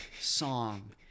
song